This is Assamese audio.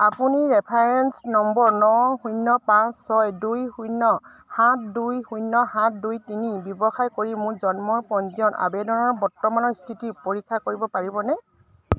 আপুনি ৰেফাৰেন্স নম্বৰ ন শূন্য পাঁচ ছয় দুই শূন্য সাত দুই শূন্য সাত দুই তিনি ব্যৱহাৰ কৰি মোৰ জন্মৰ পঞ্জীয়ন আবেদনৰ বৰ্তমানৰ স্থিতি পৰীক্ষা কৰিব পাৰিবনে